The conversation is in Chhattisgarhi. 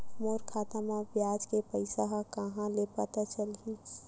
मोर खाता म ब्याज के पईसा ह कहां ले पता चलही?